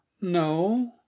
No